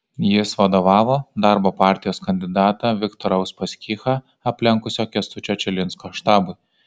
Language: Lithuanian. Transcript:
jis vadovavo darbo partijos kandidatą viktorą uspaskichą aplenkusio kęstučio čilinsko štabui